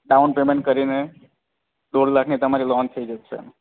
down payment કરીને દોઢ લાખની તમારી લોન થઈ જશે